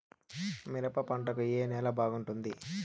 మిరప పంట కు ఏ నేల బాగుంటుంది?